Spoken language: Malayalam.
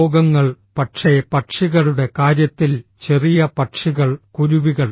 രോഗങ്ങൾ പക്ഷേ പക്ഷികളുടെ കാര്യത്തിൽ ചെറിയ പക്ഷികൾ കുരുവികൾ